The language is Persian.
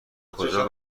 کجا